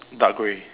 dark grey